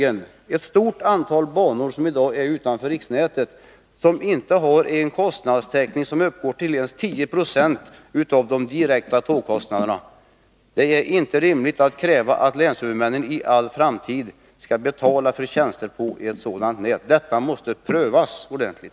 Ett stort antal banor, som i dag inte tillhör riksnätet, har en kostnadstäckning, som inte ens uppgår till 10 26 av de direkta tågkostnaderna. Det är inte rimligt att kräva att länstrafikhuvudmännen i all framtid skall betala för tjänster på ett sådant nät. Denna sak måste prövas ordentligt.